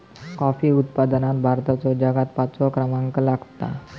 coffee उत्पादनात भारताचो जगात पाचवो क्रमांक लागता